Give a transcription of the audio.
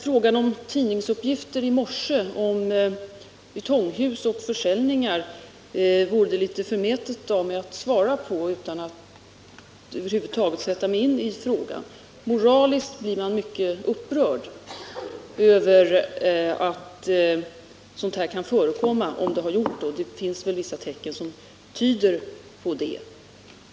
Frågan om dagens tidningsuppgifter om försäljning av ytonghus vore det litet förmätet av mig att svara på utan att jag över huvud taget satt mig in i saken. Moraliskt blir man mycket upprörd över att sådant här kan förekomma —- om det har gjort det, och det finns vissa tecken som tyder på det.